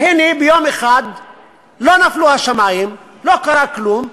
והנה, לא נפלו השמים ביום אחד, לא קרה כלום,